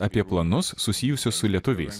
apie planus susijusius su lietuviais